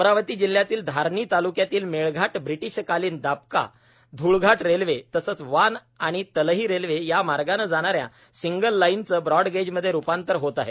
अमरावती जिल्ह्यातील धारणी तालुक्यातील मेळघाटात ब्रिटिश कालीन दापका धुळघाट रेल्वे तसचं वान आणि तलही रेल्वे या मार्गाने जाणाऱ्या सिंगल लाईनचे ब्रॉडगेजमध्ये रुपांतर होत आहे